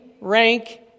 rank